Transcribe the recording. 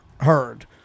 heard